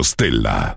Stella